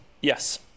Yes